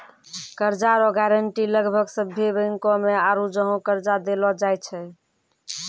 कर्जा रो गारंटी लगभग सभ्भे बैंको मे आरू जहाँ कर्जा देलो जाय छै